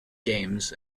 games